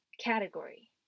category